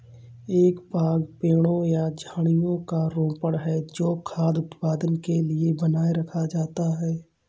एक बाग पेड़ों या झाड़ियों का रोपण है जो खाद्य उत्पादन के लिए बनाए रखा जाता है